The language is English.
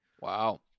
Wow